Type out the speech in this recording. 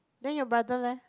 then your brother leh